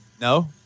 No